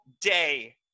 day